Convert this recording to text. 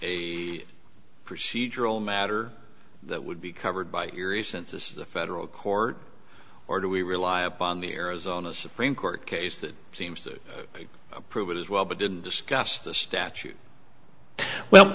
a procedural matter that would be covered by curious since this is a federal court or do we rely upon the arizona supreme court case that seems to prove it as well but didn't discuss the statute